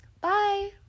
Bye